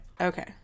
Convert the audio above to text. Okay